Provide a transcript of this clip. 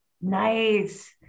Nice